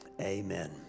Amen